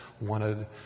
wanted